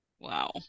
Wow